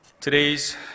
Today's